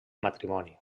matrimoni